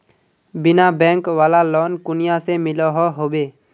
बिना बैंक वाला लोन कुनियाँ से मिलोहो होबे?